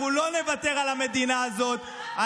אנחנו לא נוותר על המדינה הזאת,